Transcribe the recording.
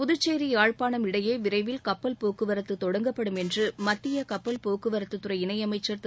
புதுச்சேரி யாழ்ப்பாணம் இடையே விரைவில் கப்பல் போக்குவரத்து தொடங்கப்படும் என்று கப்பல் போக்குவரத்து துறை இணையமைச்சர் திரு